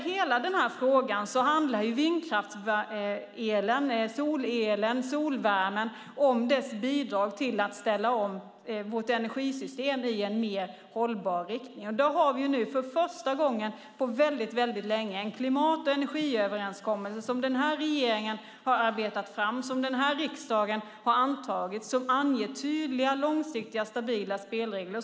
Hela frågan handlar om vindkraftselens, solelens och solvärmens bidrag till att ställa om vårt energisystem i en mer hållbar riktning. För första gången på länge har vi en klimat och energiöverenskommelse som regeringen har arbetat fram och riksdagen antagit som anger tydliga, långsiktiga och stabila spelregler.